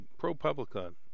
ProPublica